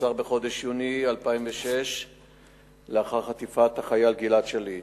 נעצר בחודש יוני 2006 לאחר חטיפת החייל גלעד שליט